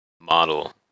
model